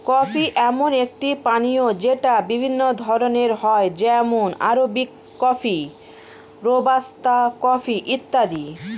coffee এমন একটি পানীয় যেটা বিভিন্ন ধরণের হয় যেমন আরবিক কফি, রোবাস্তা কফি ইত্যাদি